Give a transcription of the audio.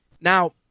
Now